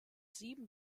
sieben